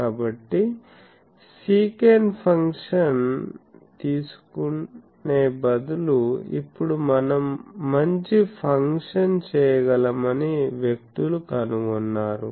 కాబట్టి sec function తీసుకునే బదులు ఇప్పుడు మనం మంచి ఫంక్షన్ చేయగలమని వ్యక్తులు కనుగొన్నారు